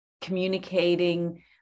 communicating